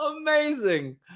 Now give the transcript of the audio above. Amazing